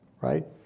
Right